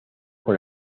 con